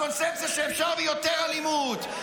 הקונספציה שאפשר ביותר אלימות,